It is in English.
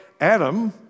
Adam